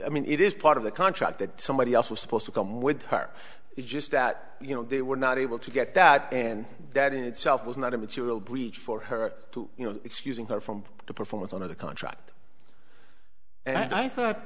i mean it is part of the contract that somebody else was supposed to come with her it's just that you know they were not able to get that and that in itself was not a material breach for her to you know excusing her from the performance on of the contract and i thought